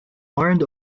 warned